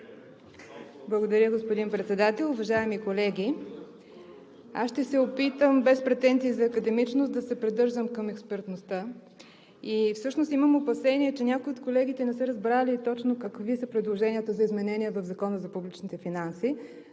Благодаря, господин Председател. Уважаеми колеги! Аз ще се опитам, без претенции за академичност, да се придържам към експертността. Всъщност имам опасение, че някои от колегите не са разбрали точно какви са предложенията за изменение в Закона за публичните финанси,